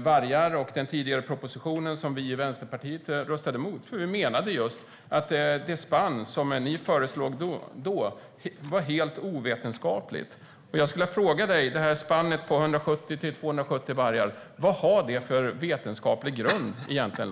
vargar, Lars Tysklind, och den tidigare propositionen som vi i Vänsterpartiet röstade emot. Vi menade att det spann som ni föreslog då var helt ovetenskapligt. Vilken vetenskaplig grund har spannet på 170-270 vargar egentligen?